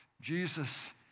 Jesus